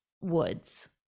woods